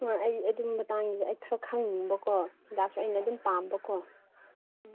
ꯍꯣꯏ ꯑꯩ ꯑꯗꯨ ꯃꯇꯥꯡꯗ ꯑꯩ ꯈꯔ ꯈꯪꯅꯤꯡꯕꯀꯣ ꯍꯤꯗꯥꯛꯁꯨ ꯑꯩꯅ ꯑꯗꯨꯝ ꯄꯥꯝꯕꯀꯣ ꯎꯝ